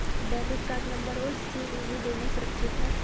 Debit card number और CVV देना सुरक्षित है?